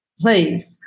Please